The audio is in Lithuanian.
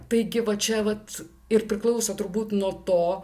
taigi va čia vat ir priklauso turbūt nuo to